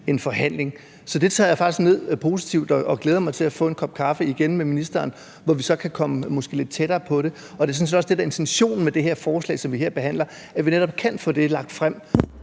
en forhandling. Så det tager jeg faktisk positivt ned, og jeg glæder mig til at få en kop kaffe igen med ministeren, hvor vi så måske kan komme lidt tættere på det. Og det er sådan set også det, der er intentionen med det forslag, som vi her behandler, nemlig at vi netop kan få det lagt frem